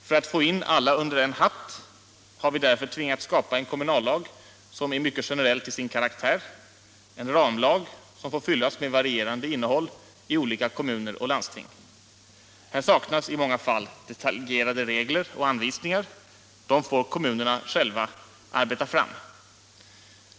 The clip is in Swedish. För att få in alla under en hatt har vi därför tvingats skapa en kommunallag som är mycket generell till sin karaktär — en ramlag som får fyllas med varierande innehåll i olika kommuner och landsting. Här saknas i många fall detaljerade regler och anvisningar — dem får kommunerna ” själva arbeta fram.